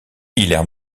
hilaire